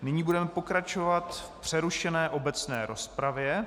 Nyní budeme pokračovat v přerušené obecné rozpravě.